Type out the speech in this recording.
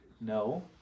no